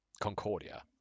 Concordia